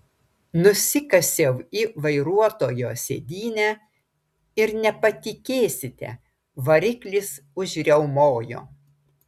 nusikasiau į vairuotojo sėdynę ir nepatikėsite variklis užriaumojo